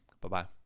Bye-bye